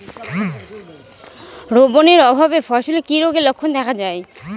Boron এর অভাবে ফসলে কি রোগের লক্ষণ দেখা যায়?